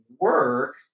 work